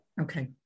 Okay